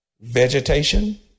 vegetation